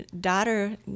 daughter